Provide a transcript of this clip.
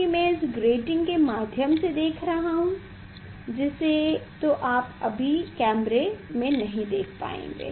चूंकि मैं इस ग्रेटिंग के माध्यम से देख रहा हूं जिसे तो अभी आप कैमरे में नहीं देख पाएंगे